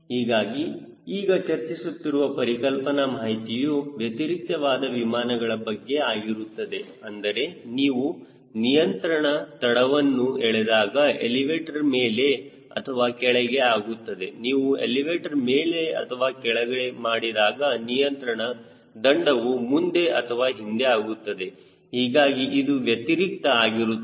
ಹೀಗಾಗಿ ಈಗ ಚರ್ಚಿಸುತ್ತಿರುವ ಪರಿಕಲ್ಪನಾ ಮಾಹಿತಿಯು ವ್ಯತಿರಿಕ್ತವಾದ ವಿಮಾನಗಳ ಬಗ್ಗೆ ಆಗಿರುತ್ತದೆ ಅಂದರೆ ನೀವು ನಿಯಂತ್ರಣ ದಂಡವನ್ನು ಎಳೆದಾಗ ಎಲಿವೇಟರ್ ಮೇಲೆ ಅಥವಾ ಕೆಳಗೆ ಆಗುತ್ತದೆ ನೀವು ಎಲಿವೇಟರ್ ಮೇಲೆ ಅಥವಾ ಕೆಳಗೆ ಮಾಡಿದಾಗ ನಿಯಂತ್ರಣ ದಂಡವು ಮುಂದೆ ಅಥವಾ ಹಿಂದೆ ಆಗುತ್ತದೆ ಹೀಗಾಗಿ ಇದು ವ್ಯತಿರಿಕ್ತ ಆಗಿರುತ್ತದೆ